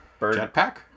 Jetpack